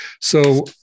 So-